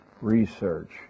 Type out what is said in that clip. research